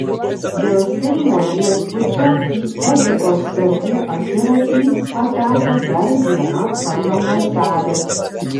dėl seimo viešbučio į etikos sargų akiratį pateko dar viena parlamentarė